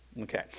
Okay